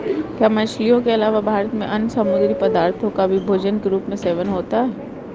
क्या मछलियों के अलावा भारत में अन्य समुद्री पदार्थों का भी भोजन के रूप में सेवन होता है?